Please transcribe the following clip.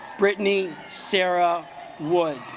britney sarah wood